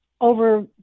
over